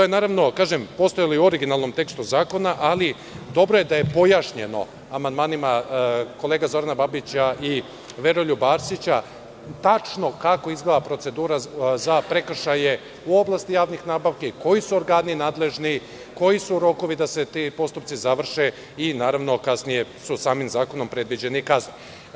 Naravno, to je postojalo i u originalnom tekstu zakona, ali je dobro da je pojašnjeno amandmanima kolega Zorana Babića i Veroljuba Arsića kako tačno izgleda procedura za prekršaje u oblasti javnih nabavki, koji su organi nadležni, koji su rokovi da se ti postupci završe, a naravno, kasnije su samim zakonom predviđene i kazne.